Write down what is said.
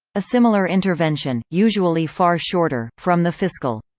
a similar intervention, usually far shorter, from the fiscal.